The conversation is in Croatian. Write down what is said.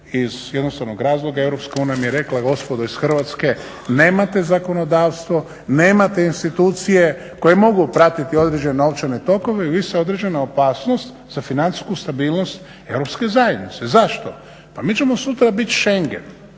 iz jednostavnog razloga EU nam je rekla gospodo iz Hrvatske nemate zakonodavstvo, nemate institucije koje mogu pratiti određene novčane tokove i vi se određena opasnost za financijsku stabilnost europske zajednice. Zašto? Pa mi ćemo sutra biti Schengen,